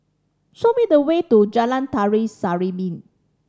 show me the way to Jalan Tari Serimpi